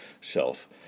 shelf